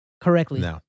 correctly